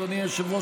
אדוני היושב-ראש,